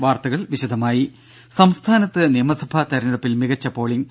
വാർത്തകൾ വിശദമായി സംസ്ഥാനത്ത് നിയമസഭാതെരഞ്ഞെടുപ്പിൽ മികച്ച പോളിംഗ്